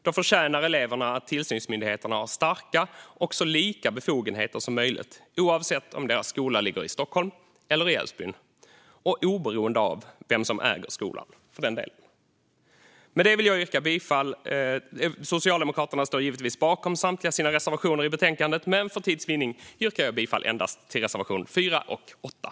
Då förtjänar eleverna att tillsynsmyndigheterna har starka och så lika befogenheter som möjligt, oavsett om deras skola ligger i Stockholm eller i Älvsbyn och för den delen oberoende av vem som äger deras skola. Socialdemokraterna står givetvis bakom samtliga sina reservationer i betänkandet, men för tids vinnande yrkar jag bifall endast till reservationerna 4 och 8.